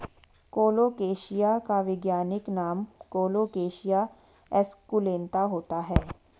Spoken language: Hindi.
कोलोकेशिया का वैज्ञानिक नाम कोलोकेशिया एस्कुलेंता होता है